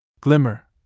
glimmer